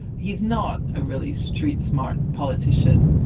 he's not a really street-smart politician.